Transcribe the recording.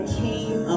came